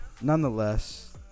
nonetheless